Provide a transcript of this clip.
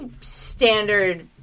standard